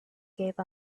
gave